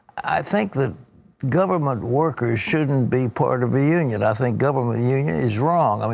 think that government workers shouldn't be part of a union. i think government union is wrong. i mean